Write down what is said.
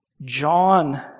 John